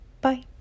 Bye